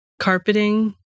carpeting